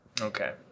Okay